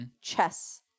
chess